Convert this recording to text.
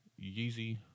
yeezy